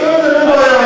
בסדר,